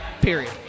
Period